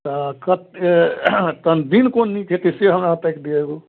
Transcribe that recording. तऽ कतेक तहन दिन कोन नीक हेतै से हमरा ताकि दिअऽ एगो